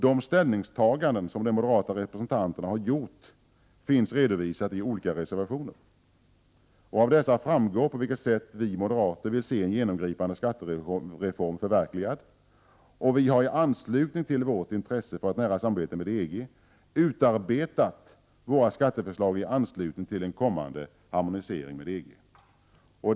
De ställningstaganden som de moderata representanterna har gjort finns redovisade i olika reservationer. Av dessa framgår på vilket sätt vi moderater vill se en genomgripande skattereform förverkligad. Vi har i anslutning till vårt intresse för ett nära samarbete med EG utarbetat våra skatteförslag i anslutning till en kommande harmonisering med EG.